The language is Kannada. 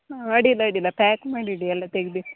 ಹ್ಞ್ ಅಡ್ಡಿಲ್ಲ ಅಡ್ಡಿಲ್ಲ ಪ್ಯಾಕ್ ಮಾಡಿ ಇಡಿ ಎಲ್ಲ ತೆಗ್ದು